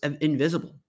invisible